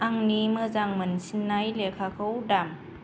आंनि मोजां मोनसिननाय लेखाखौ दाम